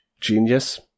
genius